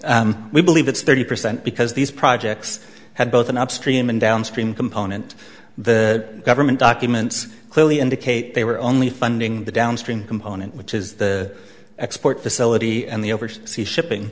percent we believe it's thirty percent because these projects had both an upstream and downstream component the government documents clearly indicate they were only funding the downstream component which is the export facility and the over to see shipping